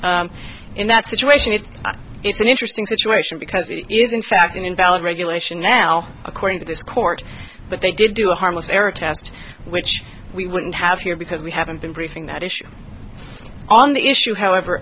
them in that situation it's an interesting situation because it is in fact an invalid regulation now according to this court but they did do a harmless error test which we wouldn't have here because we haven't been briefing that issue on the issue however